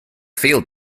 field